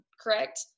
correct